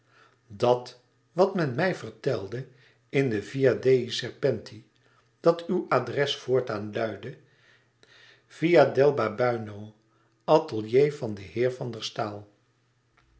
dat wat men mij vertelde in de via dei serpenti dat uw adres voortaan luidde via del babuino atelier van den heer van der staal